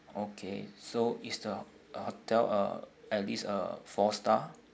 okay so is the hotel uh at least a four star